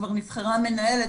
כבר נבחרה מנהלת.